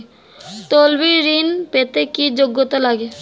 তলবি ঋন পেতে কি যোগ্যতা লাগে?